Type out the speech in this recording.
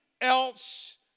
else